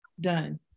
done